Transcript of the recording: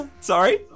Sorry